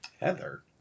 Heather